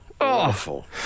Awful